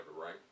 right